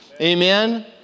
Amen